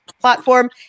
platform